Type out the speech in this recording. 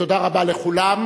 תודה רבה לכולם.